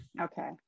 okay